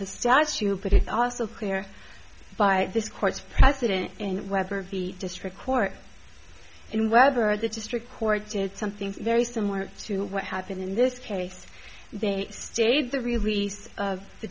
the statue but it's also clear by this court's precedent and whether the district court in weber of the district court did something very similar to what happened in this case they stayed the release of the